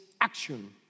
action